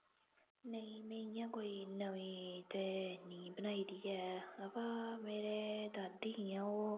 नेईं में इंया कोई नमीं ते निं बनाई दी ऐ बाऽ मेरी दादी हियां ओह्